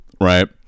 right